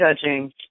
judging